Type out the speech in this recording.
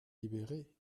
libérée